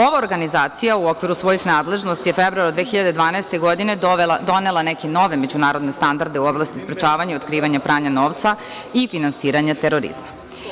Ova organizacija u okviru svojih nadležnosti je februara 2012. godine donela neke nove međunarodne standarde u oblasti sprečavanja, otkrivanja pranja novca i finansiranja terorizma.